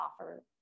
offer